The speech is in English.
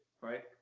Right